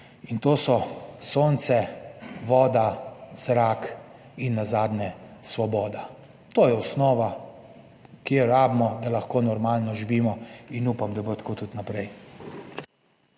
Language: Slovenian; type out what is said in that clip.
in to so sonce, voda, zrak in nazadnje svoboda. To je osnova, ki jo potrebujemo, da lahko normalno živimo, in upam, da bo tako tudi naprej.